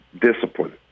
discipline